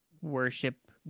worship